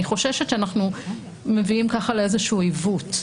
אני חוששת שנביא ככה לאיזשהו עיוות.